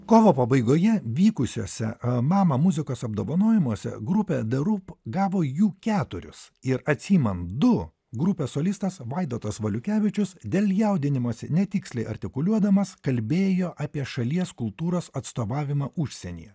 kovo pabaigoje vykusiuose mama muzikos apdovanojimuose grupė darup gavo jų keturis ir atsiimant du grupės solistas vaidotas valiukevičius dėl jaudinimosi netiksliai artikuliuodamas kalbėjo apie šalies kultūros atstovavimą užsienyje